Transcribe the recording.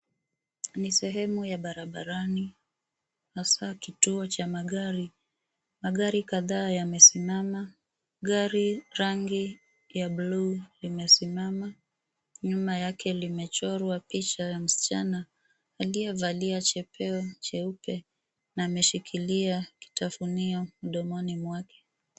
Ni sehemu ya barabarani hasaa kituo cha magari. Magari kadhaa yamesimama. Gari rangi ya buluu limesimama nyuma yake limechorwa picha ya msichana iliyovalia chepeo jeupe na ameshikilia kitafunio mdomoni mwake.